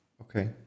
Okay